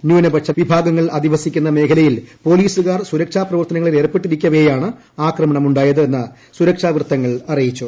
ന്യൂനപക്ഷ വിഭാഗങ്ങൾ അധിവസിക്കുന്ന മേഖലയിൽ പോലീസുകാർ സുരക്ഷാ പ്രവർത്തനങ്ങളിൽ ഏർപ്പെട്ടിരിക്കവെയാണ് ആക്രമണം ഉണ്ടായത് എന്ന് സുരക്ഷാ വൃത്തങ്ങൾ അറിയിച്ചു